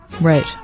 Right